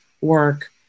work